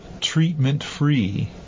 treatment-free